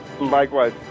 Likewise